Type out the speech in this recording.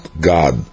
God